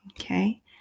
Okay